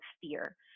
fear